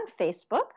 Facebook